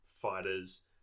Fighters